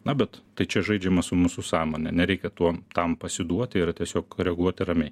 na bet tai čia žaidžiama su mūsų sąmone nereikia tuom tam pasiduoti ir tiesiog reguoti ramiai